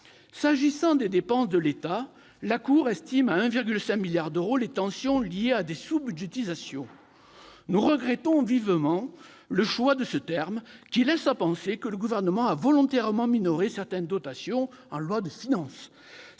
S'agissant des dépenses de l'État, la Cour estime à 1,5 milliard d'euros les tensions liées à des " sous-budgétisations ". Nous regrettons vivement le choix de ce terme, qui laisse à penser que le Gouvernement a volontairement minoré certaines dotations en loi de finances.